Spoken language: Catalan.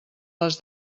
les